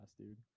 dude